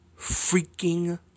freaking